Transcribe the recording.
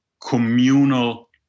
communal